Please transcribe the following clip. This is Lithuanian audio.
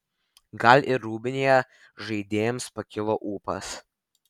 gal ir rūbinėje žaidėjams pakilo ūpas